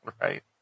Right